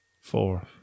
four